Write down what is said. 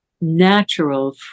natural